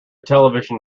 television